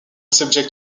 subject